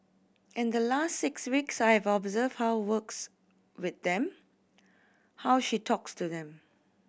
in the last six weeks I have observed how works with them how she talks to them